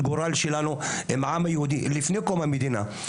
הגורל שלנו עם העם היהודי לפני קום המדינה,